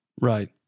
Right